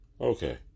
Okay